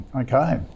okay